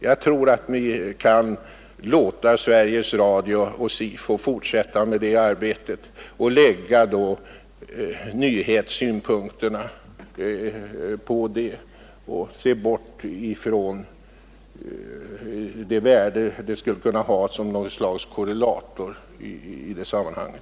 Jag tror att vi kan låta Sveriges Radio och SIFO fortsätta med det arbetet och låta nyhetssynpunkten vara avgörande och låta bli att försöka skapa något slags sam hällsvetenskaplig korrelator i det här sammanhanget.